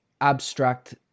abstract